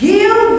Give